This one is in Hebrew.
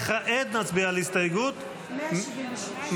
וכעת, נצביע על הסתייגות --- 176.